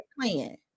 Plan